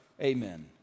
Amen